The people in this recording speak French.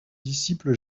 disciple